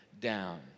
down